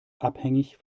abhängig